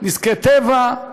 נזקי טבע.